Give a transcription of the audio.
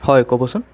হয় ক'বচোন